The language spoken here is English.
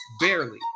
Barely